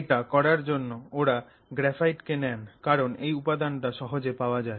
এটা করার জন্য ওরা গ্রাফাইট কে নেন কারণ এই উপাদানটা সহজে পাওয়া যায়